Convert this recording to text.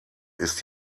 ist